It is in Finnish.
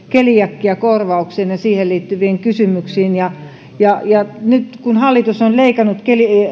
keliakiakorvaukseen ja siihen liittyviin kysymyksiin nyt kun hallitus on leikannut